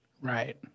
Right